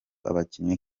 abakinnyi